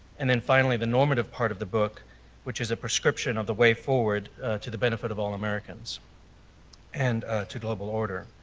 and then finally, the normative part of the book which is a prescription of the way forward to the benefit of all americans and to global order.